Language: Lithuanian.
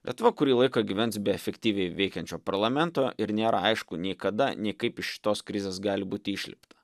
lietuva kurį laiką gyvens be efektyviai veikiančio parlamento ir nėra aišku nei kada nei kaip iš tos krizės gali būti išlipta